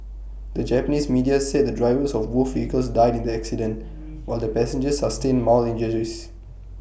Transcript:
the Japanese media said the drivers of both vehicles died in the accident while the passengers sustained mild injuries